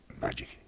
magic